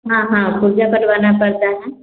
हाँ हाँ पुर्ज़ा कटवाना पड़ता है